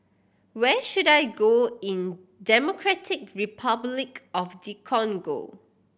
where should I go in Democratic Republic of the Congo